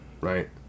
Right